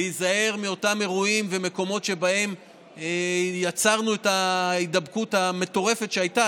להיזהר מאותם אירועים ומקומות שבהם יצרנו את ההידבקות המטורפת שהייתה.